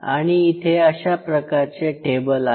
आणि इथे अशा प्रकारचे टेबल आहेत